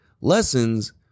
lessons